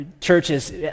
churches